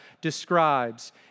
describes